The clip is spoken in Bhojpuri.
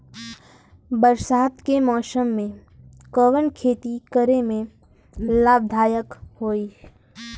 बरसात के मौसम में कवन खेती करे में लाभदायक होयी?